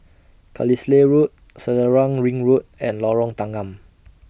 Carlisle Road Selarang Ring Road and Lorong Tanggam